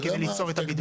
כדי ליצור את הבידול.